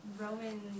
Roman